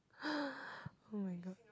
[oh]-my-god